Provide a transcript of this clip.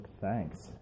thanks